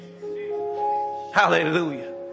Hallelujah